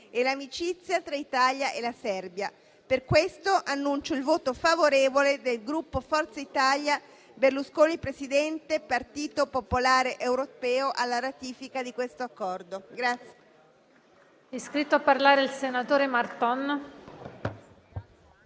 e l'amicizia tra l'Italia e la Serbia. Per questo annuncio il voto favorevole del Gruppo Forza Italia-Berlusconi Presidente-Partito Popolare Europeo alla ratifica dell'Accordo in